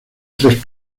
tres